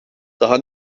daha